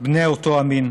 בני אותו המין.